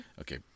Okay